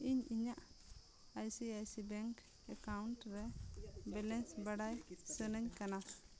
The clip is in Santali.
ᱤᱧ ᱤᱧᱟᱹᱜ I C I C bank account ᱨᱮ ᱵᱮᱞᱮᱱᱥ ᱵᱟᱲᱟᱭ ᱥᱟᱹᱱᱟᱹᱧ ᱠᱟᱱᱟ